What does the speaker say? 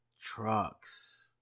trucks